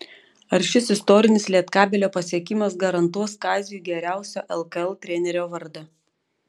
ar šis istorinis lietkabelio pasiekimas garantuos kaziui geriausio lkl trenerio vardą